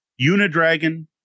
Unidragon